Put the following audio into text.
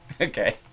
Okay